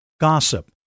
gossip